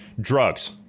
drugs